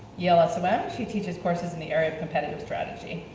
yale ah som, um she teaches courses in the area of competitive strategy